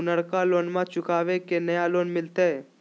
पुर्नका लोनमा चुकाबे ले नया लोन मिलते?